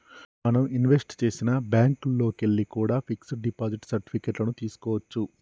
మనం ఇన్వెస్ట్ చేసిన బ్యేంకుల్లోకెల్లి కూడా పిక్స్ డిపాజిట్ సర్టిఫికెట్ లను తీస్కోవచ్చు